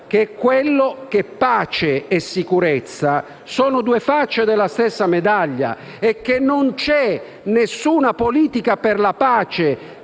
principio che pace e sicurezza sono due facce della stessa medaglia, e che non c'è nessuna politica per la pace